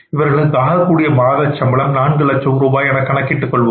இவர்களுக்கு ஆகக்கூடிய மாத சம்பளம் நான்கு லட்சம் ரூபாய் என கணக்கிட்டு கொள்வோம்